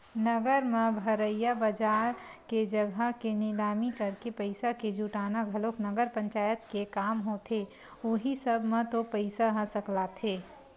नगर म भरइया बजार के जघा के निलामी करके पइसा के जुटाना घलोक नगर पंचायत के काम होथे उहीं सब म तो पइसा ह सकलाथे